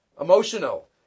emotional